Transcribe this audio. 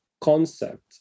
concept